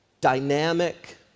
dynamic